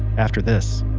after this